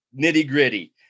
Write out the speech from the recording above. nitty-gritty